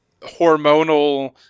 hormonal